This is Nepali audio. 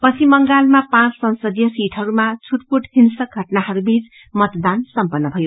पश्चिम बंगालमा पाँच संसदीय सिटहरूमा छुटपुट हिंस्रक घटनाहरूबीच मतदान सम्पन्न भयो